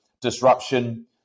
disruption